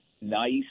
nice